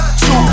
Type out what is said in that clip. two